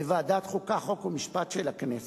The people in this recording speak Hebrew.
בוועדת החוקה, חוק ומשפט של הכנסת,